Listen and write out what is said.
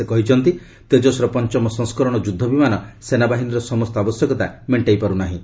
ସେ କହିଛନ୍ତି ତେଜସ୍ ର ପଞ୍ଚମ ସଂସ୍କରଣ ଯୁଦ୍ଧ ବିମାନ ସେନାବାହିନୀର ସମସ୍ତ ଆବଶ୍ୟକତା ମେଣ୍ଟାଇ ପାର୍ ନାହିଁ